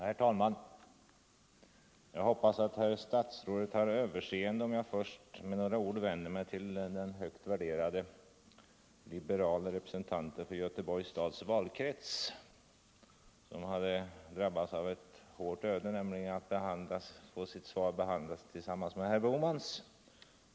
Herr talman! Jag hoppas att herr statsrådet har överseende, om jag först med några ord vänder mig till den högt värderade liberale representant för Göteborgs kommuns valkrets som drabbats av det hårda ödet att få sin interpellation behandlad tillsammans med herr Bohmans.